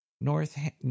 North